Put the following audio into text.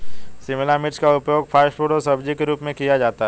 शिमला मिर्च का उपयोग फ़ास्ट फ़ूड और सब्जी के रूप में किया जाता है